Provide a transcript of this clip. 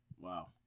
Wow